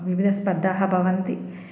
विविधस्पर्धाः भवन्ति